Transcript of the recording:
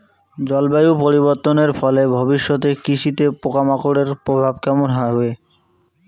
জলবায়ু পরিবর্তনের ফলে ভবিষ্যতে কৃষিতে পোকামাকড়ের প্রভাব কেমন হবে?